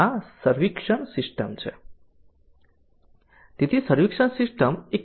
આ સર્વિક્શન સિસ્ટમ છે